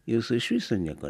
jūsų iš viso nieko